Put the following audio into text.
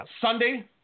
Sunday